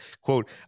quote